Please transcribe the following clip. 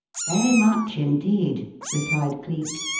very much indeed, replied cleek,